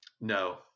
no